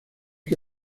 que